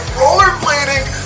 rollerblading